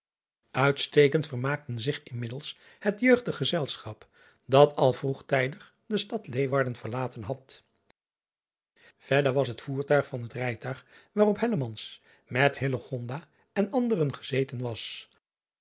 itstekend vermaakten zich inmiddels het jeugdig gezelschap dat al vroegtijdig de stad eeuwarden verlaten had was de voerman van het rijtuig waarop met en anderen gezeten was